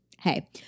hey